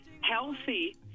healthy